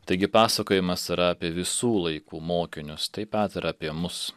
taigi pasakojimas yra apie visų laikų mokinius taip pat ir apie mus